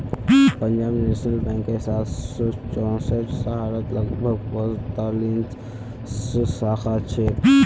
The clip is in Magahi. पंजाब नेशनल बैंकेर सात सौ चौसठ शहरत लगभग पैंतालीस सौ शाखा छेक